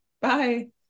Bye